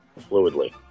fluidly